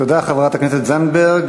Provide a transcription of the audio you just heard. תודה, חברת הכנסת זנדברג.